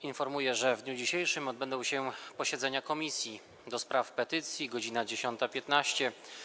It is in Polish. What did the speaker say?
Informuję, że w dniu dzisiejszym odbędą się posiedzenia Komisji: - do Spraw Petycji - godz. 10.15,